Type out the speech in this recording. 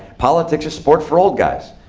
politics is sport for old guys.